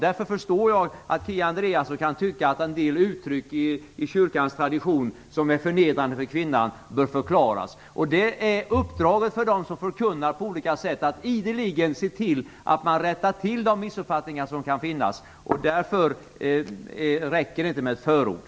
Därför förstår jag att Kia Andreasson kan tycka att en del uttryck i kyrkans tradition som är förnedrande för kvinnan bör förklaras. Det är ett uppdrag för dem som förkunnar på olika sätt att ideligen se till att rätta till de missuppfattningar som kan finnas. Det räcker inte med ett förord.